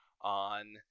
on